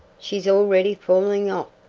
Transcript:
she's already falling off,